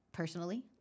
personally